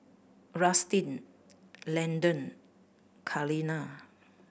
Rustin Landen Kaleena